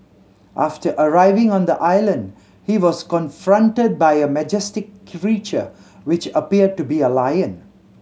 after arriving on the island he was confronted by a majestic creature which appeared to be a lion